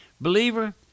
believer